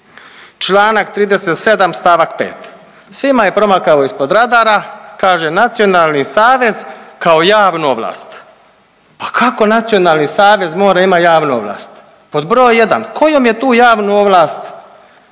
čl. 37 st. 5. Svima je promakao ispod radara, kaže Nacionalni savez kao javnu ovlast, pa kako Nacionalni savez more imat javnu ovlast? Pod br. 1, kojom je tu javnu ovlast